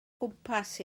gwmpas